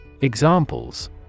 Examples